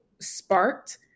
sparked